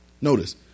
Notice